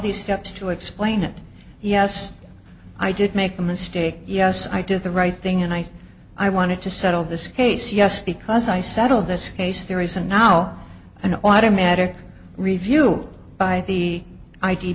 these steps to explain it yes i did make a mistake yes i did the right thing and i thought i wanted to settle this case yes because i settled this case there is a now an automatic review by the i